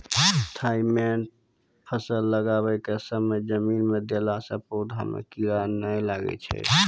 Thimet फ़सल लगाबै के समय जमीन मे देला से पौधा मे कीड़ा नैय लागै छै?